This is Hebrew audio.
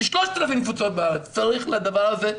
3,000 קבוצות בארץ צריך לדבר הזה,